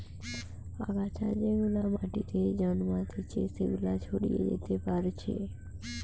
আগাছা যেগুলা মাটিতে জন্মাতিচে সেগুলা ছড়িয়ে যেতে পারছে